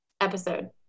episode